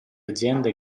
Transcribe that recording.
aziende